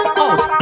out